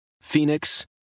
Phoenix